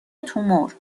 تومور